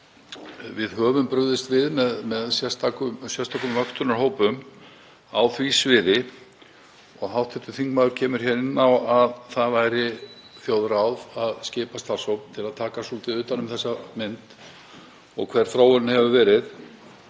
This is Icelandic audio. Við höfum brugðist við með sérstökum vöktunarhópum á því sviði. Hv. þingmaður kemur inn á að það væri þjóðráð að skipa starfshóp til að taka svolítið utan um þessa mynd og hver þróunin hefur verið.